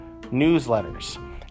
newsletters